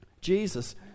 Jesus